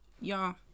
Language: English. Y'all